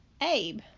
Abe